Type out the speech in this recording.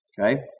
Okay